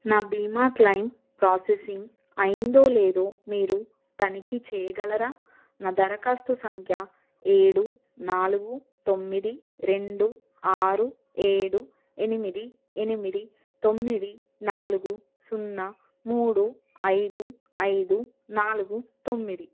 నా బీమా claim processing అయిందో లేదో మీరు తనిఖీ చేయగలరా నా దరఖాస్తు సంఖ్య ఏడు నాలుగు తొమ్మిది రెండు ఆరు ఏడు ఎనిమిది ఎనిమిది తొమ్మిది నాలుగు సున్నా మూడు ఐదు ఐదు నాలుగు తొమ్మిది